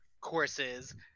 courses